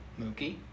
Mookie